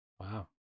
Wow